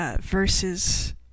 versus